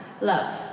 love